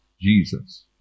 Jesus